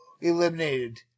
eliminated